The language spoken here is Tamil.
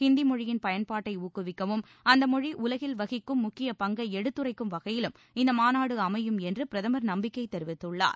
ஹிந்தி மொழியின் பயன்பாட்டை ஊக்குவிக்கவும் அந்த மொழி உலகில் வகிக்கும் முக்கிய பங்களிப்பை எடுத்துரைக்கும் வகையிலும் இந்த மாநாடு அமையும் என்று பிரதமர் நம்பிக்கை தெரிவித்துள்ளார்